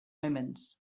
omens